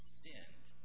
sinned